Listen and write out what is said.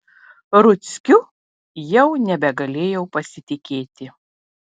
ruckiu jau nebegalėjau pasitikėti